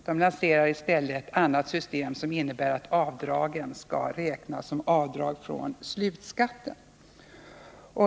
Vpk lanserar i stället ett annat system, som innebär att avdragen skall räknas som avdrag från slutskatten.